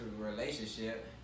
relationship